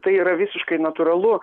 tai yra visiškai natūralu